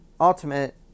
Ultimate